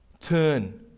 Turn